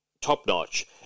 top-notch